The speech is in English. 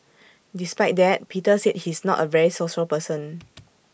despite that Peter said he's not A very social person